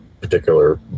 particular